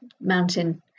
mountain